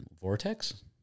vortex